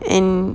and